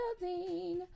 building